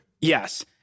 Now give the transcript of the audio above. Yes